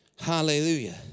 Hallelujah